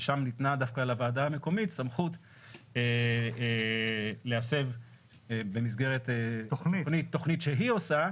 ששם ניתנה דווקא לוועדה המקומית סמכות להסב במסגרת תוכנית שהיא עושה